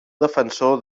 defensor